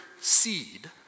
seed